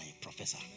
professor